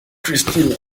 kristina